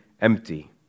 empty